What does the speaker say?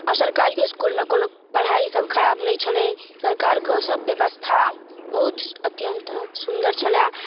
आओर सरकारिओ इसकुलमे कोनो पढ़ाइसब खराब नहि छलै सरकारके सब बेबस्था बहुत अत्यन्त सुन्दर छलै